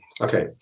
okay